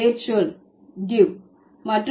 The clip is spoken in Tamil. வேர்ச்சொல் giv